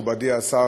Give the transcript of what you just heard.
מכובדי השר,